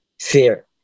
Fear